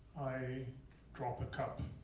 i drop a cup.